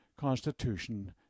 Constitution